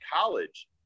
college